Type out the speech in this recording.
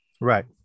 right